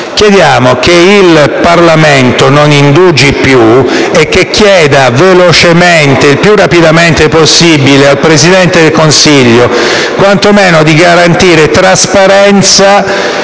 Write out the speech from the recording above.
chiediamo che il Parlamento non indugi più e che chieda il più rapidamente possibile al Presidente del Consiglio quanto meno di garantire trasparenza,